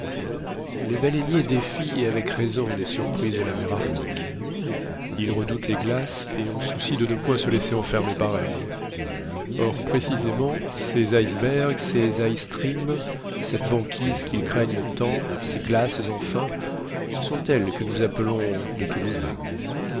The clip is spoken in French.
les baleiniers défient et avec raison des surprises de la mer arctique ils redoutent les glaces et ont souci de ne point se laisser enfermer par elles or précisément ces icebergs ces icestreams cette banquise qu'ils craignent tant ces glaces enfin ce sont elles que nous appelons de tous nos voeux